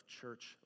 church